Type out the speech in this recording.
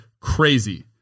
crazy